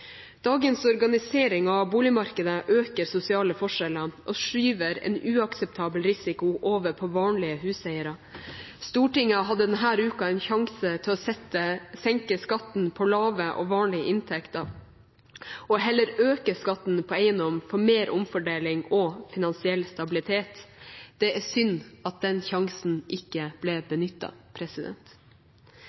Dagens organisering av boligmarkedet øker de sosiale forskjellene og skyver en uakseptabel risiko over på vanlige huseiere. Stortinget hadde denne uken en sjanse til å senke skatten på lave og vanlige inntekter og heller øke skatten på eiendom for mer omfordeling og finansiell stabilitet. Det er synd at den sjansen ikke ble